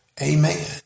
Amen